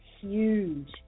huge